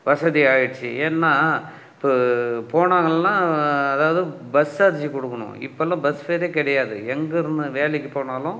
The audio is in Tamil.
வசதியாயிடுச்சு ஏன்னா இப்போ போனாங்கன்னா அதாவது பஸ் சார்ஜ் கொடுக்குனும் இப்பலாம் பஸ் ஃபேரே கிடையாது எங்கேருந்து வேலைக்கு போனாலும்